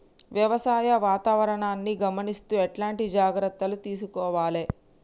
వ్యవసాయ వాతావరణాన్ని గమనిస్తూ ఎట్లాంటి జాగ్రత్తలు తీసుకోవాలే?